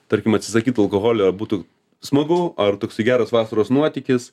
tarkim atsisakyt alkoholio būtų smagu ar toksai geras vasaros nuotykis